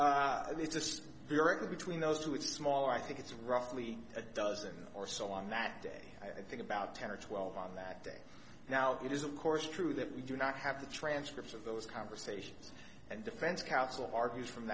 directly between those two it's a small i think it's roughly a dozen or so on that day i think about ten or twelve on that day now it is of course true that we do not have the transcripts of those conversations and defense counsel argues from